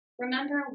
Remember